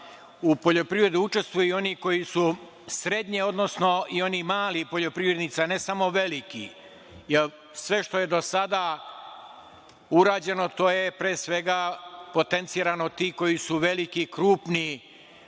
u poljoprivredi učestvuju i oni koji su srednje, odnosno i oni mali poljoprivrednici, a ne samo veliki. Sve što je do sada urađeno to je pre svega potencirano od tih koji su veliki i krupni